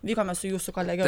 vykome su jūsų kolege